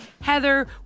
Heather